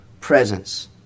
presence